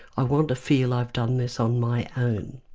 i want to feel i've done this on my own.